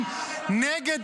ממשלת